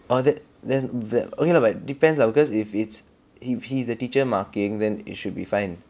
or that there's that's okay lah but depends lah because if it's if he's the teacher marking then it should be fine